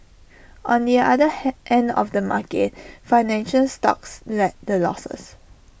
on the other he end of the market financial stocks led the losses